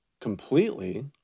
completely